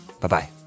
Bye-bye